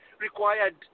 required